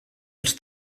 els